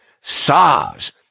SARS